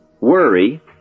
Worry